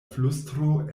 flustro